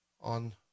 on